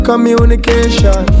Communication